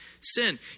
sin